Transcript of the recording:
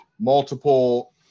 multiple